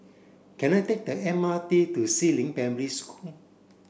can I take the M R T to Si Ling Primary School